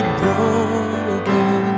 broken